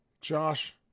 Josh